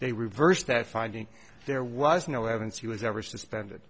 they reversed that finding there was no evidence he was ever suspended